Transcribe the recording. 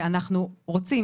ואנחנו רוצים,